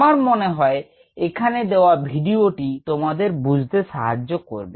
আমার মনে হয় এখানে দেওয়া ভিডিওটি তোমাদের বুঝতে সাহায্য করবে